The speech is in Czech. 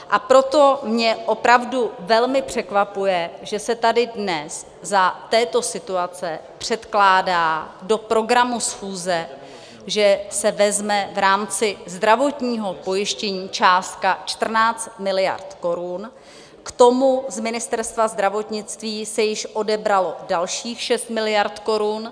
A proto mě opravdu velmi překvapuje, že se tady dnes za této situace předkládá do programu schůze, že se vezme v rámci zdravotního pojištění částka 14 miliard korun, k tomu z Ministerstva zdravotnictví se již odebralo dalších 6 miliard korun.